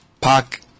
Park